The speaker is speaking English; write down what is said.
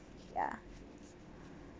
ya